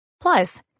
Plus